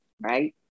right